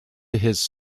his